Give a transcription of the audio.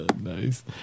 Nice